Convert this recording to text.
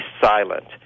silent